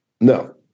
No